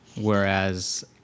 Whereas